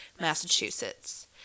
Massachusetts